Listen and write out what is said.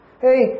Hey